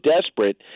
desperate